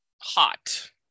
hot